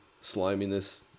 sliminess